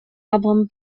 album